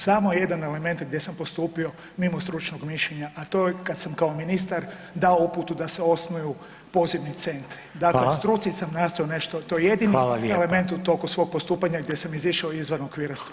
Samo jedan element gdje sam postupio mimo stručnog mišljenja, a to je kad sam kao ministar dao uputu da se osnuju posebni centri, dakle struci sam nastojao [[Upadica: Hvala, hvala lijepo.]] nešto to je jedini element u toku svog postupanja gdje sam izašao izvan okvira struke.